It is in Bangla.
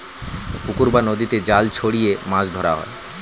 পুকুর বা নদীতে জাল ছড়িয়ে মাছ ধরা হয়